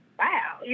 wow